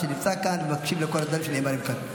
לא כולם נמצאים כאן.